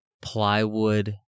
plywood